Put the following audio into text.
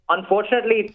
Unfortunately